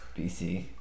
BC